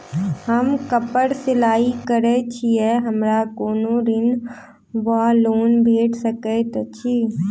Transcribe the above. हम कापड़ सिलाई करै छीयै हमरा कोनो ऋण वा लोन भेट सकैत अछि?